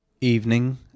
Evening